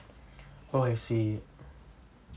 oh I see